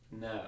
No